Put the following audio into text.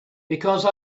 because